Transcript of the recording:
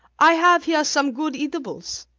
i have here some good eatables,